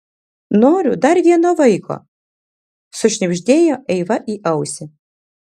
noriu dar vieno vaiko sušnibždėjo eiva į ausį